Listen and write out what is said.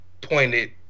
pointed